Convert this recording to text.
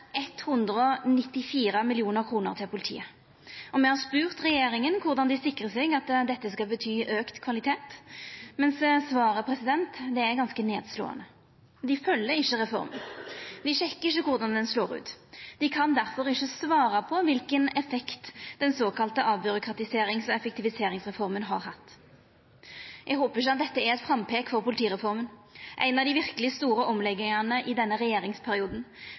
194 mill. kr til politiet. Me har spurt regjeringa om korleis dei sikrar seg at dette skal bety auka kvalitet, men svaret er ganske nedslåande. Dei følgjer ikkje reforma. Dei sjekkar ikkje korleis ho slår ut. Dei kan difor ikkje svara på kva for effekt den såkalla avbyråkratiserings- og effektiviseringsreforma har hatt. Eg håpar at dette ikkje er eit frampeik for politireforma – ei av dei verkeleg store omleggingane i denne regjeringsperioden.